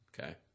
Okay